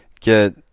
get